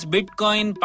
Bitcoin